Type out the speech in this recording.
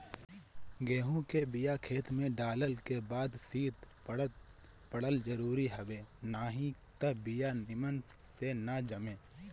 गेंहू के बिया खेते में डालल के बाद शीत पड़ल जरुरी हवे नाही त बिया निमन से ना जामे